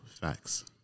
Facts